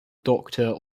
doctor